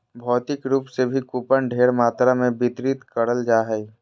भौतिक रूप से भी कूपन ढेर मात्रा मे वितरित करल जा हय